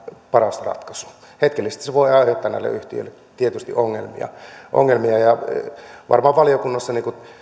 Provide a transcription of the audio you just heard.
paras ratkaisu hetkellisesti se voi aiheuttaa näille yhtiöille tietysti ongelmia ongelmia ja varmaan valiokunnassa